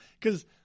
Because-